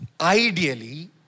ideally